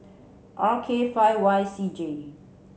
R K five Y C J